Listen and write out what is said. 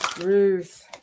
ruth